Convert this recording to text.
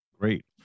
Great